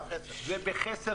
זה בחסר